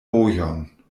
vojon